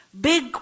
Big